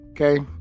Okay